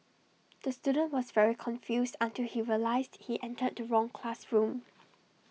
the student was very confused until he realised he entered the wrong classroom